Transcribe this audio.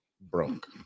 broke